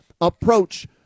approach